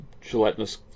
gelatinous